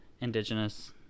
indigenous